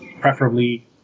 preferably